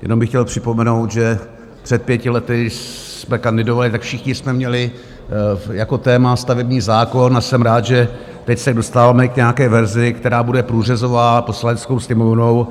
Jenom bych chtěl připomenout, že před pěti lety jsme kandidovali, všichni jsme měli jako téma stavební zákon, a jsem rád, že teď se dostáváme k nějaké verzi, která bude průřezová Poslaneckou sněmovnou.